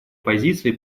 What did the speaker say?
позиции